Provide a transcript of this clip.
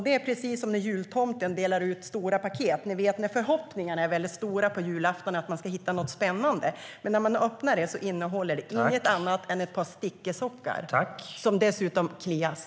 Det är precis som när jultomten delar ut stora paket. Förhoppningarna är väldigt stora på julafton att man ska hitta något spännande, men när man öppnar det stora paket innehåller det inget annat än ett par "stickesockar" som dessutom kliar.